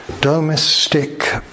domestic